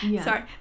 Sorry